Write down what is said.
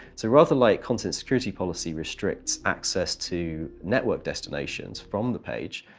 so rather like content security policy restricts access to network destinations from the page,